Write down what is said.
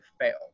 fail